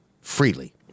freely